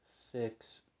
Six